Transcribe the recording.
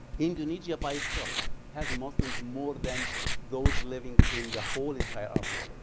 indonesia by itself has muslims, more than those living in the whole entire arab world